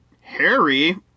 Harry